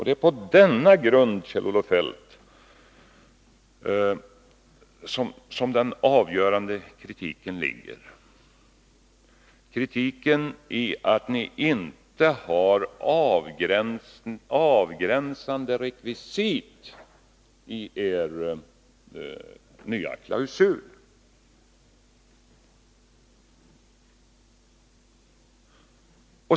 Det är på denna grund, Kjell-Olof Feldt, som den avgörande kritiken ligger, en kritik mot att ni inte har avgränsande rekvisit i er nya klausul.